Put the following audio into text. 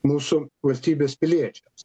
mūsų valstybės piliečiams